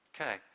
Okay